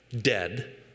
dead